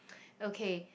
okay